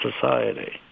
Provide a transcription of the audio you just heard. society